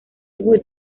wood